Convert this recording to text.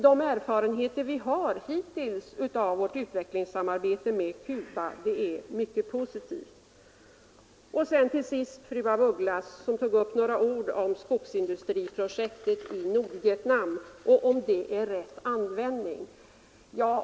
De erfarenheter vi hittills har av vårt utvecklingssamarbete med Cuba är mycket positiva. Fru af Ugglas sade också några ord om skogsindustriprojektet i Nordvietnam, och hon ifrågasatte om det är en riktig användning av svenska biståndspengar.